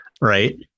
right